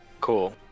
Cool